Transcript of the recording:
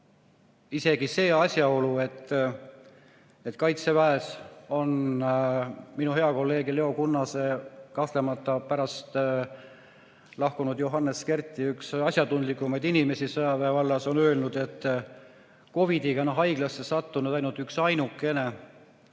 Isegi see asjaolu, et Kaitseväe kohta on minu hea kolleeg Leo Kunnas, kes on kahtlemata pärast lahkunud Johannes Kerti üks asjatundlikumaid inimesi sõjaväevallas, öelnud, et COVID-iga on haiglasse sattunud ainult üksainukene